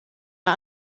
der